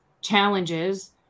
challenges